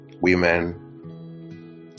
women